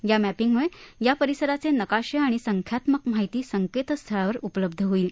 या मॅपिंगमुळे त्या परिसराचे नकाशे आणि संख्यात्मक माहिती संकेतस्थळावर उपलब्ध होईल